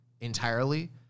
entirely